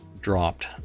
dropped